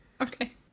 Okay